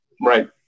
Right